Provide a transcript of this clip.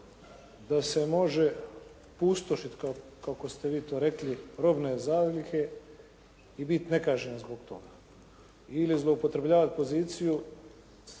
da se može pustošit kako ste vi to rekli, robne zalihe i biti nekažnjen zbog toga ili zloupotrebljavat poziciju